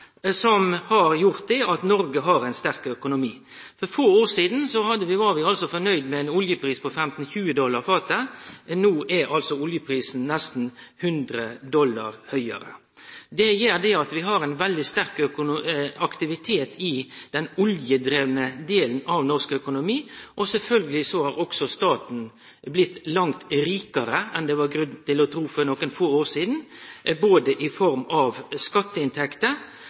som har gjort at Noreg har sterk økonomi. For få år sidan var vi fornøgde med ein oljepris på 15–20 dollar fatet. No er oljeprisen nesten 100 dollar høgare. Det gjer at vi har ein veldig sterk aktivitet i den oljedrivne delen av norsk økonomi. Sjølvsagt er staten blitt langt rikare enn det var grunn til å tru for nokre få år sidan, både i form av skatteinntekter